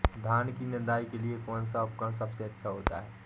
धान की निदाई के लिए कौन सा उपकरण सबसे अच्छा होता है?